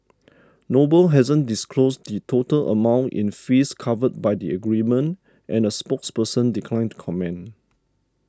Noble hasn't disclosed the total amount in fees covered by the agreement and a spokesperson declined to comment